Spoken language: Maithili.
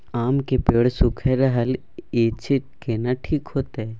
आम के पेड़ सुइख रहल एछ केना ठीक होतय?